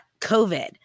COVID